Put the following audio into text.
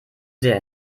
sehr